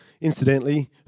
Incidentally